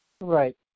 Right